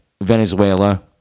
Venezuela